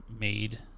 made